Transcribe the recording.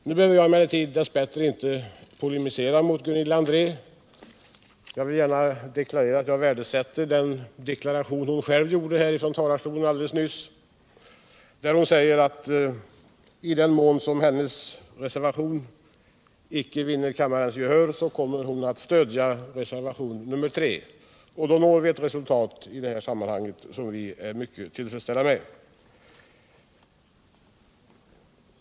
Nu behöver jag emellertid dess bättre inte polemisera mot Gunilla André. Jag vill gärna framhålla att jag värdesätter den deklaration hon själv gjorde från talarstolen alldeles nyss, när hon sade att i den mån hennes reservation icke vinner kammarens gehör kommer hon att stödja reservation nr 1. Då når vi ett resultat som vi kan vara mycket tillfredsställda med.